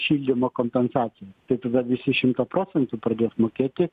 šildymo kompensaci tai tada visi šimtą procentų pradėti mokėti